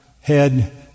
head